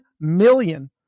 million